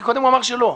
כי קודם הוא אמר שלא.